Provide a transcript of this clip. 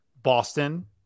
Boston